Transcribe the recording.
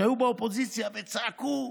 שהיו באופוזיציה וצעקו: